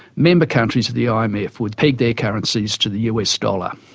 member countries of the um imf would peg their currencies to the us dollar.